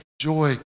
joy